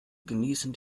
genießen